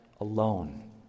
alone